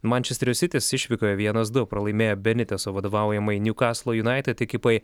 mančesterio sitis išvykoje vienas du pralaimėjo beneteso vadovaujamai niukaslo united ekipai